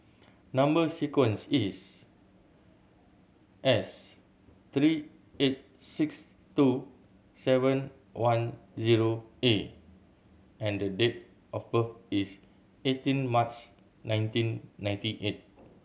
number sequence is S three eight six two seven one zero A and the date of birth is eighteen March nineteen ninety eight